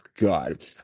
god